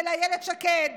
של אילת שקד,